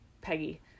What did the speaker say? Peggy